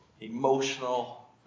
emotional